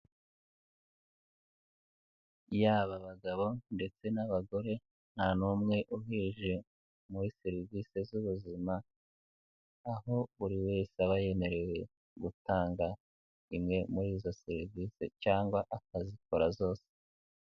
Yaba abagabo ndetse n'abagore nta n'umwe uhejwe muri serivisi z'ubuzima, aho buri wese aba yemerewe gutanga imwe muri izo serivisi cyangwa akazikora zose.